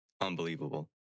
unbelievable